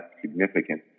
significant